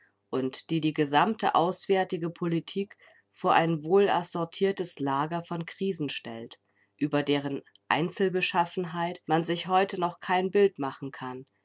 und die die gesamte auswärtige politik vor ein wohl assortiertes lager von krisen stellt über deren einzelbeschaffenheit man sich heute noch kein bild machen kann